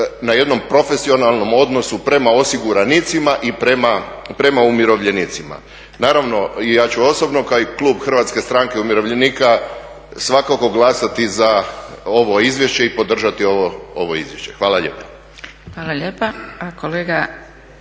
na jednom profesionalnom odnosu prema osiguranicima i prema umirovljenicima. Naravno i ja ću osobno kao i klub HSU-a svakako glasati za ovo izvješće i podržati ovo izvješće. Hvala lijepa. **Zgrebec,